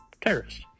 terrorists